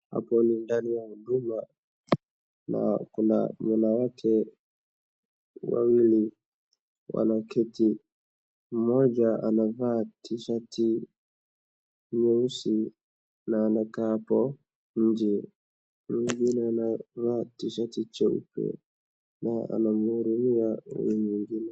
Hapo ni ndani ya huduma na kuna mwanawake wawili wanaketi. Mmoja anavaa t-shirt nyeusi na anakaa hapo nje. Mwingine anavaa t-shirt cheupe na anamhurumia huyu mwingine.